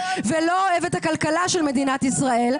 ולא אוהב את הכלכלה של מדינת ישראל.